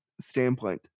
standpoint